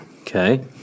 Okay